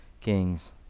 kings